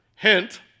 Hint